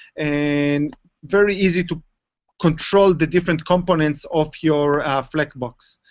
and very easy to control the different components of your flexbox.